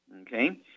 Okay